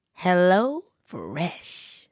HelloFresh